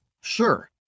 Sure